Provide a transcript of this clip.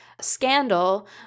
scandal